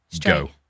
go